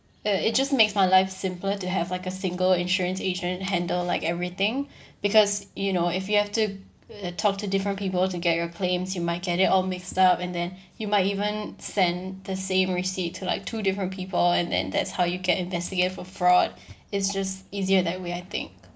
uh it just makes my life simpler to have like a single insurance agent handle like everything because you know if you have to uh talk to different people to get your claims you might get it all mixed up and then you might even send the same receipt to like two different people and then that's how you get investigate for fraud it's just easier that way I think